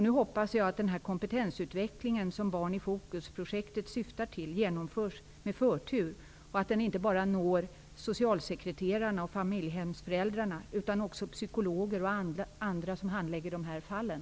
Nu hoppas jag att den kompetensutveckling som Barn i fokus-projektet syftar till genomförs med förtur och inte bara når socialsekreterarna och familjehemsföräldrarna, utan också psykologer och andra som handlägger de här fallen.